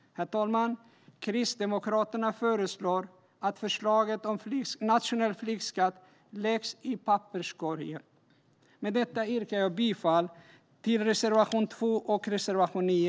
Herr talman! Kristdemokraterna föreslår att förslaget om en nationell flygskatt läggs i papperskorgen. Med detta yrkar jag bifall till reservationerna 2 och 9.